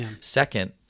Second